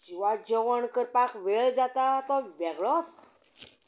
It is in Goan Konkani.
शिवाय जेवण करपाक वेळ जाता तो वेगळोच